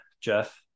jeff